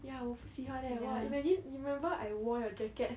ya 我不喜欢耶 !wah! imagine you remember I wore your jacket